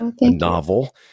novel